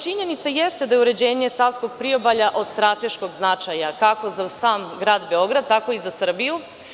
Činjenica jeste da je uređenje Savskog priobalja od strateškog značaja, kako za sam grad Beograd, tako i za Srbiju.